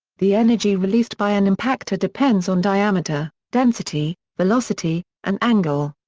the energy released by an impactor depends on diameter, density, velocity, and angle.